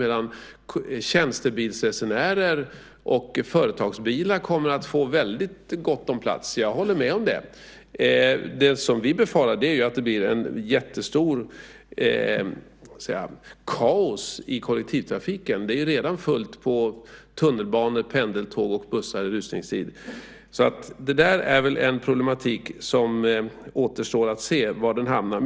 Men tjänstebilsresenärer och företagsbilar kommer att få väldigt gott om plats. Jag håller med om det. Vad vi befarar är att det blir ett jättestort kaos i kollektivtrafiken. Det är ju redan fullt på tunnelbanor, pendeltåg och bussar i rusningstid, så det återstår att se var den problematiken hamnar.